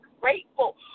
grateful